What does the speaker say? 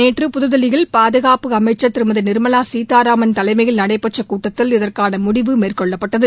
நேற்று புதுதில்லியில் பாதுகாப்பு அமைச்ச் திருமதி நிர்மலா சீதாராமன் தலைமையில் நடைபெற்ற கூட்டத்தில் இதற்கான முடிவு மேற்கொள்ளப்பட்டது